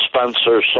Spencer